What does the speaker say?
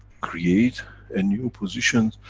create a new position,